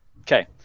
Okay